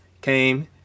Came